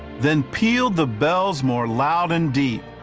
then peeled the bells more loud and deep,